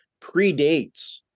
predates